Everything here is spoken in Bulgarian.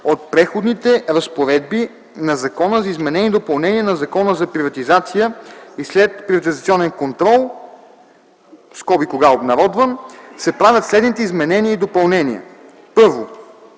от Преходните разпоредби на Закона за изменение и допълнение на Закона за приватизация и следприватизационен контрол (обн., ДВ, бр. …) се правят следните изменения и допълнения: 1.